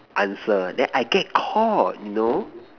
answer then I get caught you know